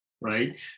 right